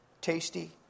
Tasty